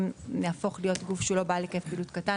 אם נהפוך להיות גוף שהוא לא בעל היקף פעילות קטן,